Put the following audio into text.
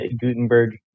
Gutenberg